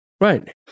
right